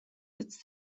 its